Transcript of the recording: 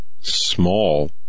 small